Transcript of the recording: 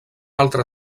altra